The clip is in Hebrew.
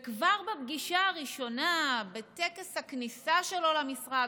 וכבר בפגישה הראשונה בטקס הכניסה שלו למשרד,